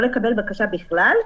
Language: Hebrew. לא לקבל בקשה בכלל,